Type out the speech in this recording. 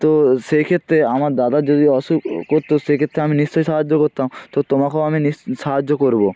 তো সেই ক্ষেত্রে আমার দাদার যদি অসুখ করত সেই ক্ষেত্রে আমি নিশ্চয়ই সাহায্য করতাম তো তোমাকেও আমি নিশ্চয় সাহায্য করবো